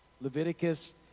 Leviticus